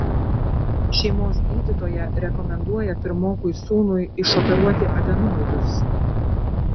šeimos gydytoja rekomenduoja pirmokui sūnui išoperuoti adenoidus